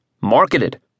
marketed